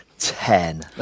ten